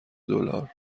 دلار